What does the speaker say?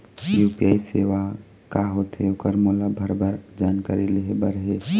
UPI सेवा का होथे ओकर मोला भरभर जानकारी लेहे बर हे?